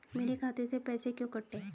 मेरे खाते से पैसे क्यों कटे?